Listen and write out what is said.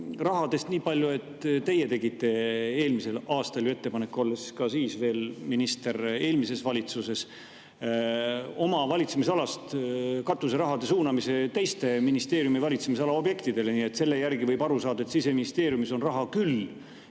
rahast nii palju, et teie tegite eelmisel aastal ju ettepaneku, olles siis veel minister eelmises valitsuses, oma valitsemisalast katuserahad suunata teiste ministeeriumide valitsemisala objektidele. Nii et selle järgi võib aru saada, et Siseministeeriumis on raha küll,